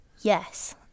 Yes